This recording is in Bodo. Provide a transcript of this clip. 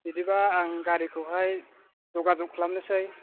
बिदिबा आं गारिखौहाय जगाजग खालामनोसै